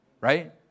right